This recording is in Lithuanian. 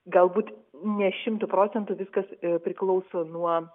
galbūt ne šimtu procentų viskas priklauso nuo